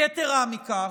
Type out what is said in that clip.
יתרה מכך,